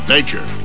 Nature